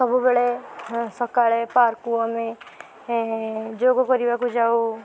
ସବୁବେଳେ ସକାଳେ ପାର୍କକୁ ଆମେ ଯୋଗ କରିବାକୁ ଯାଉ